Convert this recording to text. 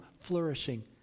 flourishing